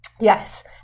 Yes